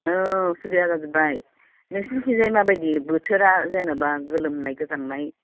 औ सुबिदा जाजोब्बाय नोंसोरनिथिंजाय माबायदि बोथोरा जेनेबा गोलोमनाय गोजांनाय